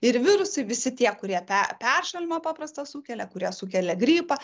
ir virusai visi tie kurie peršalimą paprastą sukelia kurie sukelia gripą